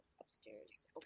upstairs